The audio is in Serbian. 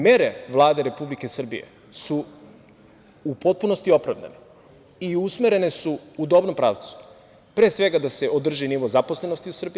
Mere Vlade Republike Srbije su u potpunosti opravdane i usmerene su u dobrom pravcu, pre svega, da se održi nivo zaposlenosti u Srbiji.